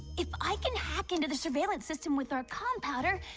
if i can hack into the surveillance system with our con powder,